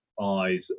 eyes